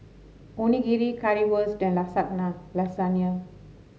Onigiri Currywurst and Lasagna